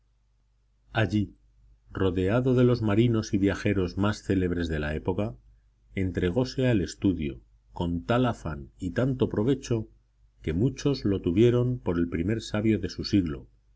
allí rodeado de los marinos y viajeros más célebres de la época entregóse al estudio con tal afán y tanto provecho que muchos lo tuvieron por el primer sabio de su siglo